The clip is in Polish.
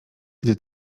gdy